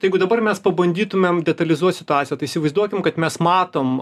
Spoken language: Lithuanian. tai jeigu dabar mes pabandytumėm detalizuot situaciją tai įsivaizduokim kad mes matom